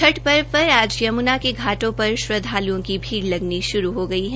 छठ पर्व पर आज यमुना के घाटों पर श्रद्वालुओं की भीड़ लगनी शुरू हो गई है